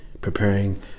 preparing